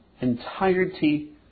entirety